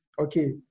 Okay